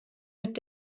mit